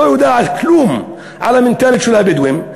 לא יודעת כלום על המנטליות של הבדואים,